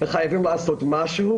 חייבים לעשות משהו.